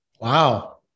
Wow